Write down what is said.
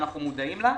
שאנחנו מודעים לה.